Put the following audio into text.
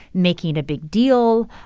making a big deal.